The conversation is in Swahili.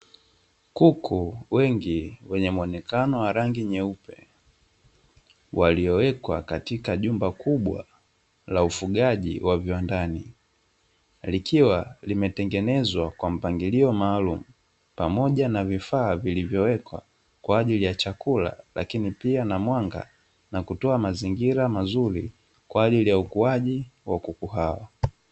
Kuku wengi wenye muonekano wa rangi nyeupe waliowekwa katika jumba kubwa la ufugaji wa viwandani, likiwa limetengenezwa kwa mpangilio maalumu pamoja na vifaa vilivyowekwa kwa ajili ya chakula lakini pia na mwanga na kutoa mazingira mazuri kwa ajili ya ukuaji wa kuku hao.